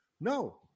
no